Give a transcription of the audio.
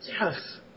Yes